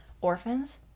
orphans